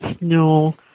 no